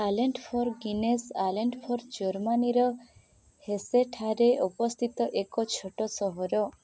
Allendorf ଗିନେସ୍ Allendorf ଜର୍ମାନୀର Hesse ଠାରେ ଅବସ୍ଥିତ ଏକ ଛୋଟ ସହର